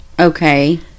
okay